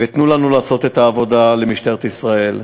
ותנו לנו לעשות את העבודה, למשטרת ישראל.